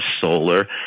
solar